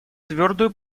твердую